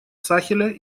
сахеля